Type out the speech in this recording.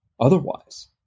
otherwise